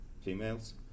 females